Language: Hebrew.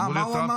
מה זה?